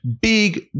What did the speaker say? big